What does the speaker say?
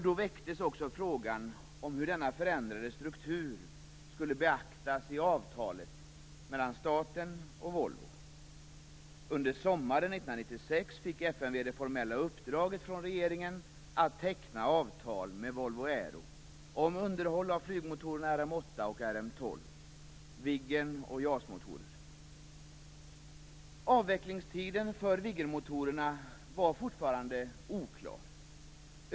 Då väcktes också frågan hur denna förändrade struktur skulle beaktas i avtalet mellan staten och Volvo. Under sommaren 1996 fick FMV det formella uppdraget från regeringen att teckna avtal med Volvo Aero om underhåll av flygmotorerna Avvecklingstiden för Viggenmotorerna var fortfarande oklar.